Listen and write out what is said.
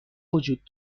وجود